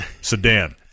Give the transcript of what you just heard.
sedan